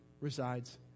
resides